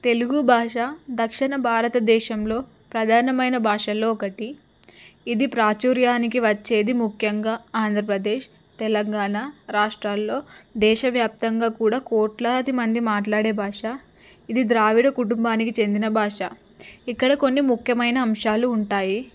తెలుగు భాష దక్షిణ భారతదేశంలో ప్రధానమైన భాషల్లో ఒకటి ఇది ప్రాచుర్యానికి వచ్చేది ముఖ్యంగా ఆంధ్రప్రదేశ్ తెలంగాణ రాష్ట్రాల్లో దేశవ్యాప్తంగా కూడా కోట్లాది మంది మాట్లాడే భాష ఇది ద్రావిడ కుటుంబానికి చెందిన భాష ఇక్కడ కొన్ని ముఖ్యమైన అంశాలు ఉంటాయి